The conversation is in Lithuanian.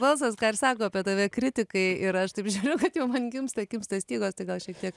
balsas ką ir sako apie tave kritikai ir aš taip žiūriu kad jau man kimsta kimsta stygos tai gal šiek tiek